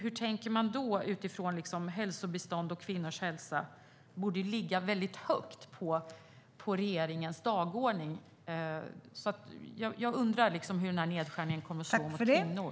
Hur tänker man? Hälsobistånd och kvinnors hälsa borde ligga väldigt högt på regeringens dagordning. Jag undrar hur den här nedskärningen kommer att slå mot kvinnor.